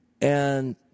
-and